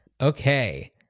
Okay